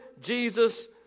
Jesus